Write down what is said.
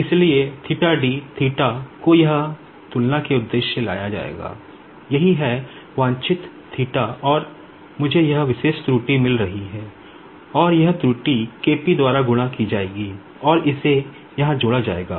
इसलिए थीटा मिल रही है और यह त्रुटि K P द्वारा गुणा की जाएगी और इसे यहां जोड़ा जाएगा